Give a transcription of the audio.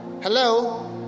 hello